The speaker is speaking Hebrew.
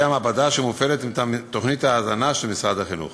המעבדה שמופעלת מטעם תוכנית ההזנה של משרד החינוך.